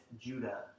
Judah